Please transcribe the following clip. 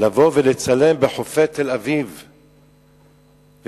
לבוא ולצלם בחופי תל-אביב ובים-המלח,